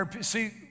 See